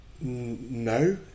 no